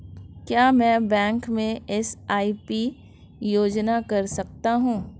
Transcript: क्या मैं बैंक में एस.आई.पी योजना कर सकता हूँ?